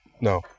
No